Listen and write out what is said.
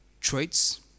traits